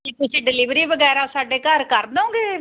ਜੀ ਤੁਸੀਂ ਡਿਲੀਵਰੀ ਵਗੈਰਾ ਸਾਡੇ ਘਰ ਕਰ ਦਉਂਗੇ